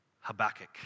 Habakkuk